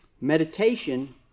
meditation